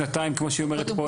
שנתיים כמו שהיא אומרת.